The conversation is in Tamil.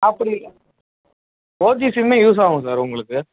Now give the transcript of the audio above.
அப்படி ஃபோர் ஜி சிம்மே யூஸ் ஆகும் சார் உங்குளுக்கு